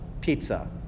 pizza